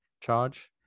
charge